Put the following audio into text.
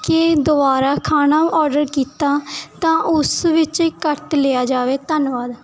ਕੇ ਦੁਬਾਰਾ ਖਾਣਾ ਆਰਡਰ ਕੀਤਾ ਤਾਂ ਉਸ ਵਿੱਚ ਕੱਟ ਲਿਆ ਜਾਵੇ ਧੰਨਵਾਦ